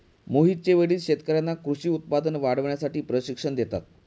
मोहितचे वडील शेतकर्यांना कृषी उत्पादन वाढवण्यासाठी प्रशिक्षण देतात